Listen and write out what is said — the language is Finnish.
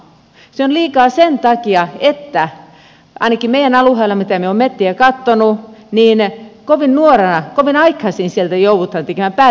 se on liikaa sen takia että ainakin meidän alueella mitä minä olen metsiä katsonut kovin nuorena kovin aikaisin siellä joudutaan tekemään päätehakkuita